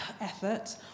effort